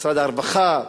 משרד הרווחה,